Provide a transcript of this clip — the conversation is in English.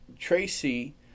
Tracy